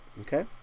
Okay